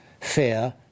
fear